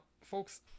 folks